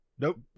Nope